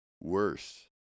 worse